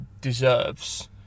deserves